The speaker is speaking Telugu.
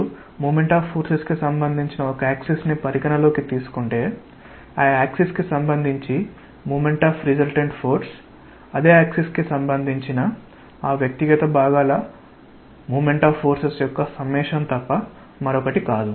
మీరు మోమెంట్ ఆఫ్ ఫోర్సెస్ సంబందించిన ఒక యాక్సిస్ ని పరిగణనలోకి తీసుకుంటే ఆ యాక్సిస్ కి సంబంధించి మోమెంట్ ఆఫ్ రిసల్టెంట్ ఫోర్స్ అదే యాక్సిస్ కి సంబంధించిన ఆ వ్యక్తిగత భాగాల మోమెంట్ ఆఫ్ ఫోర్సెస్ యొక్క సమ్మేషన్ తప్ప మరొకటి కాదు